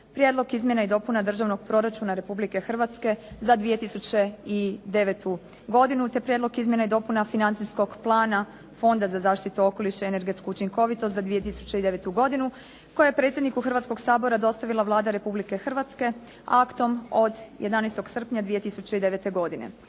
Prijedlog izmjena i dopuna Državnoga proračuna Republike Hrvatske za 2009. godinu. Te Prijedlog izmjena i dopuna Financijskog plana Fonda za zaštitu okoliša i energetsku učinkovitost za 2009. godinu koja je predsjedniku Hrvatskoga sabora dostavila Vlada Republike Hrvatske aktom od 11. srpnja 2009. godine.